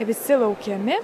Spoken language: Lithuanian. visi laukiami